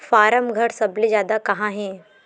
form घर सबले जादा कहां हे